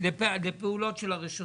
לפעולות של הרשתות.